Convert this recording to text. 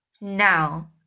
Now